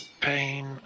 pain